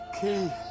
Key